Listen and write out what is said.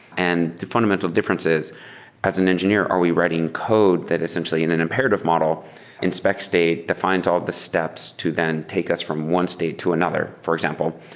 and the fundamental difference is as an engineer, are we writing code that essentially in an imperative model inspects state? defines all the steps to then take us from one state to another. for example,